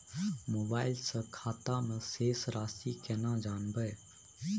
Mobile से खाता में शेस राशि केना जानबे?